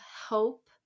hope